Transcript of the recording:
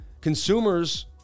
consumers